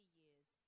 years